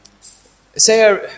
say